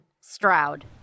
Stroud